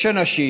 יש אנשים